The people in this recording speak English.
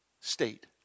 state